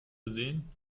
gesehen